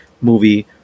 movie